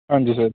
ਹਾਂਜੀ ਸਰ